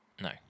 No